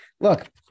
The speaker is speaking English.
Look